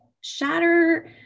shatter